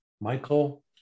Michael